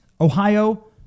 Ohio